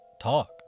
talk